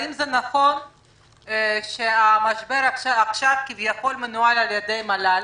האם נכון שהמשבר עכשיו כביכול מנוהל על ידי מל"ל?